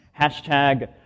hashtag